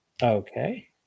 okay